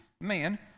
man